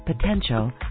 potential